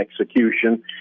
execution